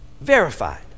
Verified